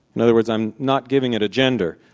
in other words, i'm not giving it a gender.